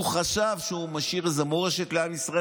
הוא חשב שהוא משאיר איזו מורשת לעם ישראל,